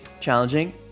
challenging